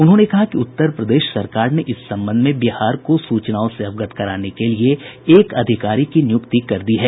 उन्होंने कहा कि उत्तर प्रदेश सरकार ने इस संबंध में बिहार को सूचनाओं से अवगत कराने के लिए एक अधिकारी की नियुक्ति कर दी है